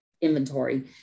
inventory